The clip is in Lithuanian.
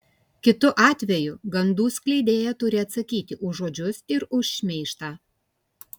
kitu atveju gandų skleidėja turi atsakyti už žodžius ir už šmeižtą